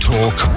Talk